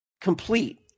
complete